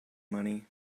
money